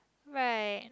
right